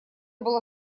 была